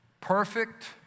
Perfect